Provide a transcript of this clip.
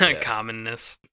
commonness